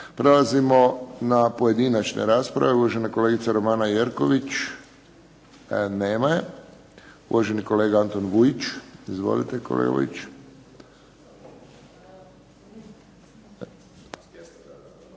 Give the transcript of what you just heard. Prelazimo na pojedinačne rasprave. Uvažena kolegica Romana Jerković. Nema je. Uvaženi kolega Antun Vujić. Izvolite kolega Vujić.